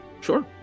Sure